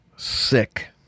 Sick